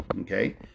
Okay